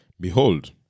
behold